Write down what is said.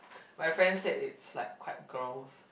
my friend said it's like quite gross